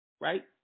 right